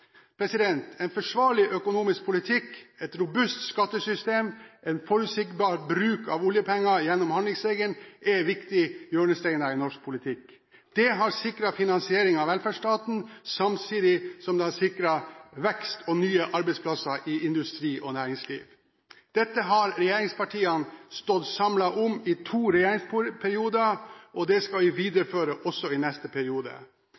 En forsvarlig økonomisk politikk, et robust skattesystem, en forutsigbar bruk av oljepenger gjennom handlingsregelen, er viktige hjørnesteiner i norsk politikk. Det har sikret finansieringen av velferdsstaten, samtidig som det har sikret vekst og nye arbeidsplasser i industri og næringsliv. Dette har regjeringspartiene stått samlet om i to regjeringsperioder, det skal vi videreføre også i neste periode.